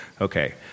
okay